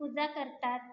पूजा करतात